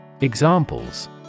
Examples